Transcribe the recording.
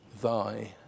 thy